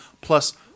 plus